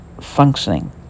functioning